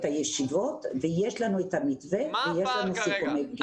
הישיבות ויש לנו את המתווה ויש לנו סיכומי פגישה.